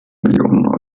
millionen